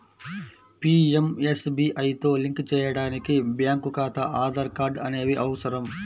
పీయంఎస్బీఐతో లింక్ చేయడానికి బ్యేంకు ఖాతా, ఆధార్ కార్డ్ అనేవి అవసరం